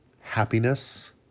happiness